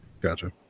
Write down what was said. Gotcha